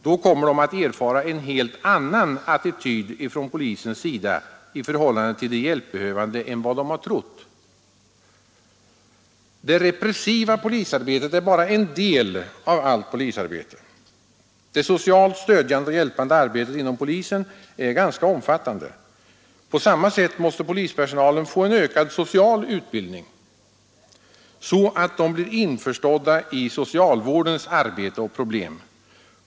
Då kommer den att erfara en helt annan attityd till de hjälpbehövande från polisens sida än vad de trott att polisen har. Det repressiva polisarbetet är bara en del av allt polisarbete. Det socialt stödjande och hjälpande arbetet inom polisen är ganska omfattande. På samma sätt måste polispersonalen få en ökad social utbildning, så att den blir införstådd med socialvårdens arbete och problem.